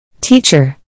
Teacher